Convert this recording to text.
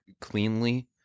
Cleanly